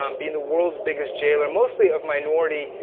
um being the world's biggest jailer mostly of minority,